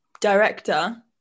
director